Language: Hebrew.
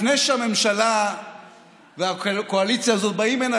לפני שהממשלה והקואליציה הזאת באות הנה